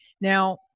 Now